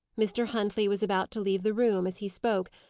mr. huntley was about to leave the room as he spoke,